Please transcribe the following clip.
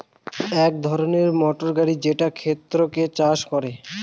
এক ধরনের মোটর গাড়ি যেটা ক্ষেতকে চাষ করে